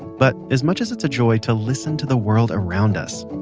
but as much as it's a joy to listen to the world around us,